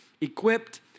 equipped